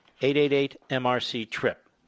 888-MRC-TRIP